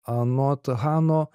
anot hano